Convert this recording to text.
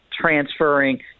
transferring